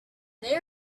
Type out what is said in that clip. they